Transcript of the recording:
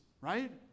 right